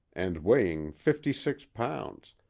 and weighing fifty six pounds,